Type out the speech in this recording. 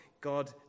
God